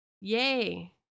Yay